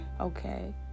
okay